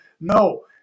No